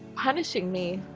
punishing me